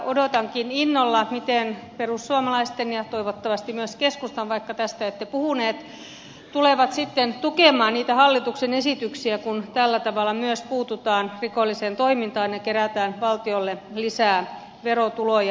odotankin innolla miten perussuomalaiset ja toivottavasti myös keskusta vaikka tästä ette puhuneet tulevat sitten tukemaan niitä hallituksen esityksiä kun tällä tavalla myös puututaan rikolliseen toimintaan ja kerätään valtiolle lisää verotuloja